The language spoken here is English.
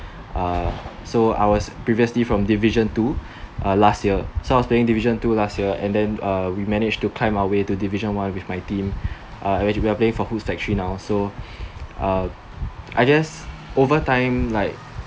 uh so I was previously from division two uh last year so I was playing division two last year and then uh we managed to climb our way to division one with my team uh then we are playing for who factory now so uh I guess over time like